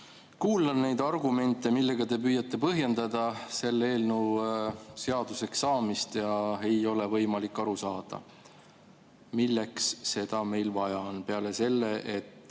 Kuulan neid argumente, millega te püüate selle eelnõu seaduseks saamist põhjendada. Ei ole võimalik aru saada, milleks meil seda vaja on peale selle, et